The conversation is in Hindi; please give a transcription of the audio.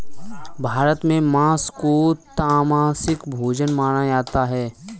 भारत में माँस को तामसिक भोजन माना जाता है